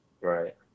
Right